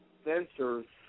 sensors